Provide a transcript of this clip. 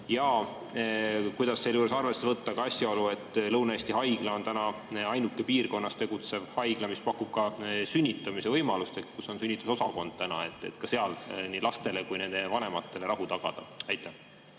Ja kuidas sealjuures, arvesse võttes asjaolu, et Lõuna-Eesti Haigla on täna ainuke piirkonnas tegutsev haigla, mis pakub ka sünnitamise võimalust, kus on sünnitusosakond, ka seal lastele ja nende vanematele rahu tagada? Aitäh!